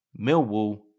Millwall